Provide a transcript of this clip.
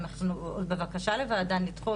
בבקשה לוועדה הן נדחות,